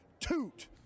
toot